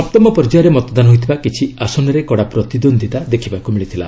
ସପ୍ତମ ପର୍ଯ୍ୟାୟରେ ମତଦାନ ହୋଇଥିବା କିଛି ଆସନରେ କଡ଼ା ପ୍ରତିଦ୍ୱନ୍ଦିତା ଦେଖିବାକୁ ମିଳିଥିଲା